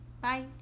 Bye